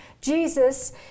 Jesus